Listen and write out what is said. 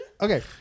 Okay